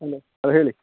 hello hello ಹೇಳಿ